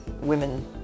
women